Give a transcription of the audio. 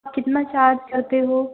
आप कितना चार्ज करते हो